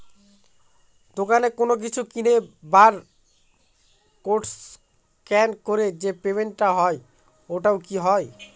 দোকানে কোনো কিছু কিনে বার কোড স্ক্যান করে যে পেমেন্ট টা হয় ওইটাও কি হয়?